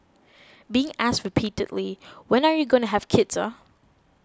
being asked repeatedly when are you going to have kids ah